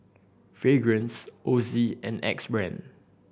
Fragrance Ozi and Axe Brand